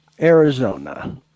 Arizona